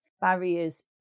barriers